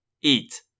eat